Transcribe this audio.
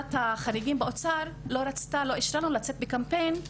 ועדת החריגים באוצר לא אישרה לנו לצאת בקמפיין,